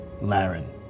Laren